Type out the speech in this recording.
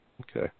Okay